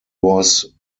was